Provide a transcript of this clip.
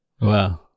Wow